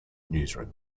newsroom